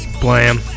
Blam